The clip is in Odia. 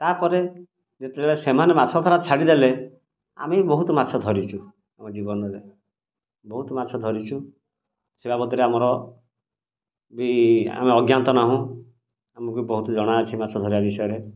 ତା'ପରେ ଯେତେବେଳେ ସେମାନେ ମାଛ ଧରା ଛାଡ଼ିଦେଲେ ଆମେ ବି ବହୁତ ମାଛ ଧରିଛୁ ଆମ ଜୀବନରେ ବହୁତ ମାଛ ଧରିଛୁ ସେ ବାବଦରେ ଆମର ବି ଆମେ ଅଜ୍ଞାତ ନାହୁଁ ଆମକୁ ବି ବହୁତ ଜଣା ଅଛି ମାଛ ଧରା ବିଷୟରେ